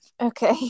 Okay